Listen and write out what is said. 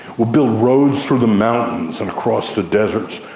we'll build roads through the mountains and cross the deserts,